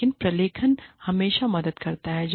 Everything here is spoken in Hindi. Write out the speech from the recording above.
लेकिन प्रलेखन हमेशा मदद करता है